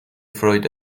فروید